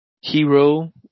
hero